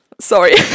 Sorry